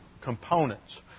components